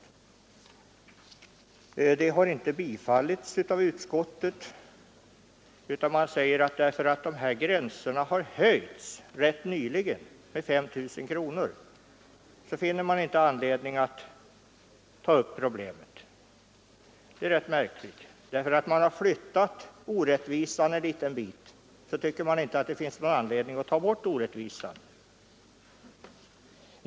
Vårt förslag har inte tillstyrkts av utskottet, som förklarar att eftersom de här gränserna rätt nyligen har höjts med 5 000 kronor finns det inte anledning att ta upp problemet. Det är rätt märkligt. Därför att man har flyttat orättvisan en liten bit tycker man inte att det finns någon anledning att ta bort den.